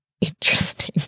interesting